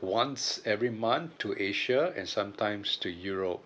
once every month to asia and sometimes to europe